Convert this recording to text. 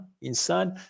inside